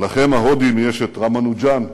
לכם ההודים יש רמנוג'אן,